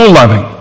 loving